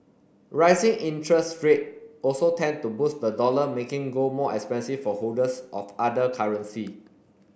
rising interest rate also tend to boost the dollar making gold more expensive for holders of other currency